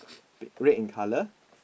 bit red in colour